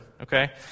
okay